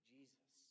Jesus